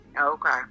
Okay